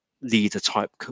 leader-type